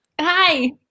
Hi